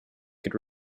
could